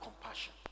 compassion